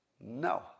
No